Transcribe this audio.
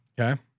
Okay